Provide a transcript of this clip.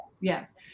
Yes